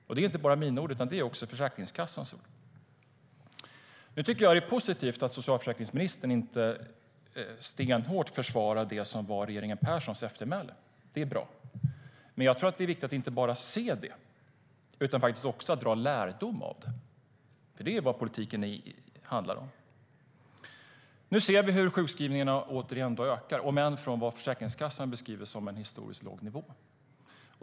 Det är inte bara mina ord, utan det är också Försäkringskassans ord. Återigen ökar sjukskrivningar, om än från en nivå som Försäkringskassan beskriver som en historiskt låg nivå.